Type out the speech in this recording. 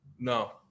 No